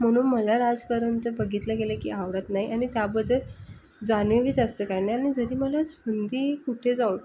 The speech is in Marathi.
म्हणून मला राजकारण तर बघितलं गेलं की आवडत नाही आणि त्याबद्दल जाणीवही जास्त काही नाही आणि जरी मला संधी कुठे जाऊन